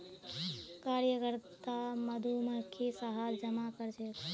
कार्यकर्ता मधुमक्खी शहद जमा करछेक